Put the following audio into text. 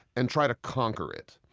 and try to conquer it.